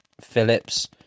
Phillips